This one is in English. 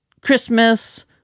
Christmas